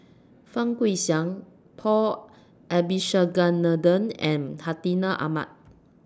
Fang Guixiang Paul Abisheganaden and Hartinah Ahmad